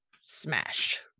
smash